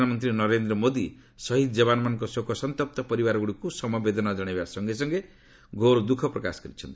ପ୍ରଧାନମନ୍ତ୍ରୀ ନରେନ୍ଦ୍ର ମୋଦି ଶହୀଦ୍ ଯବାନମାନଙ୍କ ଶୋକସନ୍ତପ୍ତ ପରିବାରଗ୍ରଡ଼ିକ୍ ସମବେଦନା ଜଣାଇବା ସଙ୍ଗେ ସଙ୍ଗେ ଘୋର ଦୃଃଖ ପ୍ରକାଶ କରିଛନ୍ତି